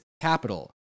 capital